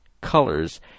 colors